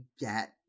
get